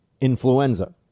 influenza